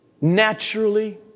naturally